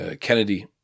Kennedy